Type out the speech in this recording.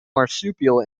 marsupial